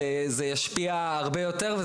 זה ישפיע הרבה יותר.